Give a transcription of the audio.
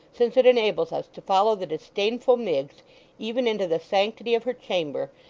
since it enables us to follow the disdainful miggs even into the sanctity of her chamber,